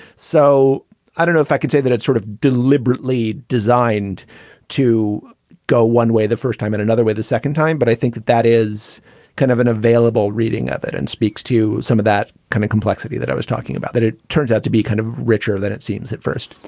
so i don't know if i could say that it sort of deliberately designed to go one way the first time in another way, the second time. but i think that that is kind of an available. reading evidence and speaks to some of that kind of complexity that i was talking about, that it turns out to be kind of richer than it seems at first,